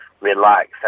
relax